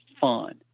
fun